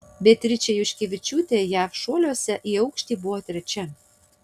beatričė juškevičiūtė jav šuoliuose į aukštį buvo trečia